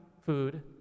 food